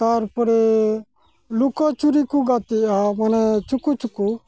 ᱛᱟᱨᱯᱚᱨᱮ ᱞᱩᱠᱳᱪᱩᱨᱤ ᱠᱚ ᱜᱟᱛᱮᱜᱼᱟ ᱢᱟᱱᱮ ᱪᱳᱠᱳ ᱪᱳᱠᱳ